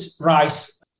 rise